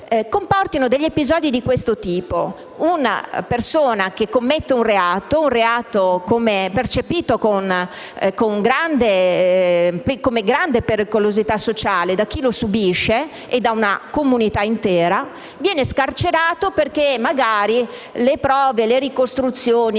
comporta degli episodi di questo tipo. Una persona che commette un reato, che viene percepito come un reato di grande pericolosità sociale da chi lo subisce e dalla comunità intera, viene scarcerata perché magari le prove, le ricostruzioni